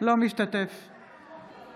בהצבעה